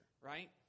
right